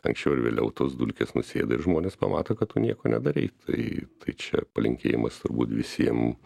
anksčiau ar vėliau tos dulkės nusėda ir žmonės pamato kad tu nieko nedarei tai tai čia palinkėjimas turbūt visiem